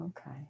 Okay